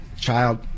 child